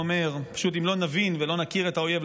פשוט אם לא נבין ולא נכיר את האויב,